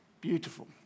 beautiful